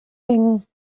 thing